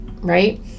right